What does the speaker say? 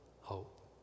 hope